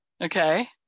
okay